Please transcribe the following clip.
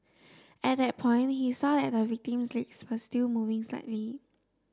at that point he saw that the victim's legs were still moving slightly